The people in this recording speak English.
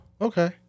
okay